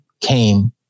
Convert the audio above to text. came